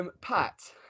Pat